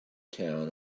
town